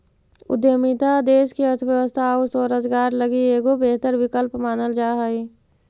उद्यमिता देश के अर्थव्यवस्था आउ स्वरोजगार लगी एगो बेहतर विकल्प मानल जा हई